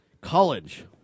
college